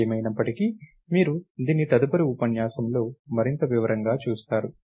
ఏమైనప్పటికీ మీరు దీన్ని తదుపరి ఉపన్యాసంలో మరింత వివరంగా చూస్తారు